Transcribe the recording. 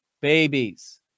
babies